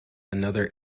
another